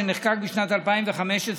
שנחקק בשנת 2015,